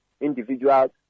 individuals